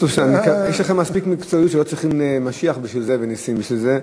יש לכם מספיק מקצועיות שלא צריכים משיח בשביל זה ונסים בשביל זה,